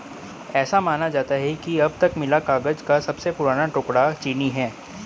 ऐसा माना जाता है कि अब तक मिला कागज का सबसे पुराना टुकड़ा चीनी है